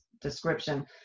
description